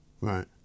Right